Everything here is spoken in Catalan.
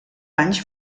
anys